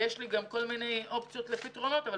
יש לי גם כל מיני אופציות לפתרונות אבל